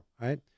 Right